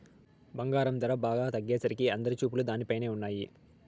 బంగారం ధర బాగా తగ్గేసరికి అందరి చూపులు దానిపైనే ఉన్నయ్యి